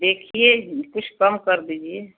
देखिए कुछ कम कर दीजिए